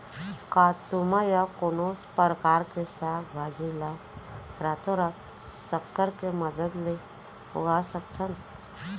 का तुमा या कोनो परकार के साग भाजी ला रातोरात संकर के मदद ले उगा सकथन?